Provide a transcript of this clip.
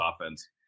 offense